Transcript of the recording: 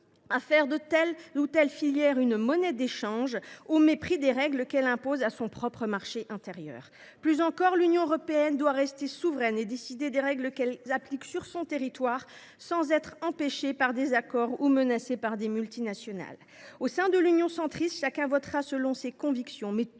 à traiter telle ou telle filière comme une monnaie d’échange, au mépris des règles que l’Europe impose sur son propre marché intérieur. Plus encore, l’Union européenne doit rester souveraine et décider des règles qu’elle applique sur son territoire, sans être empêchée par des accords ou menacée par des multinationales. Au sein de l’Union Centriste, chacun votera selon ses convictions,